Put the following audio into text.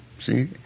See